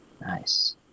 Nice